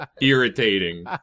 Irritating